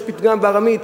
יש פתגם בארמית: